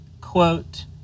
quote